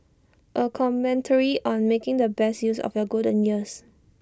A commentary on making the best use of the golden years